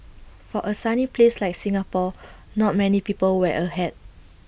for A sunny place like Singapore not many people wear A hat